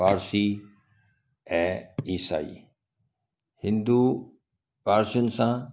फारसी ऐं ईसाई हिंदू फारसियुनि सां